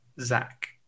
Zach